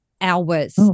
hours